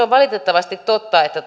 on valitettavasti totta että